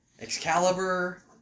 Excalibur